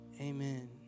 Amen